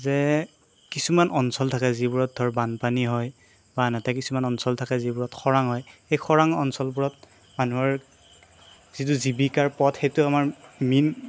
যে কিছুমান অঞ্চল থাকে যিবোৰত ধৰ বানপানী হয় বা আনহাতে কিছুমান অঞ্চল থাকে যিবোৰত খৰাং হয় সেই খৰাং অঞ্চলবোৰত মানুহৰ যিটো জীৱিকাৰ পথ সেইটো আমাৰ মীন